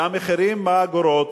והמחירים באגורות.